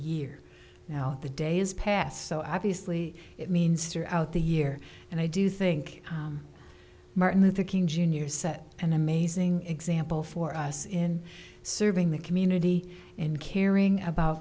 year now the days passed so obviously it means throughout the year and i do think martin luther king jr set an amazing example for us in serving the community in caring about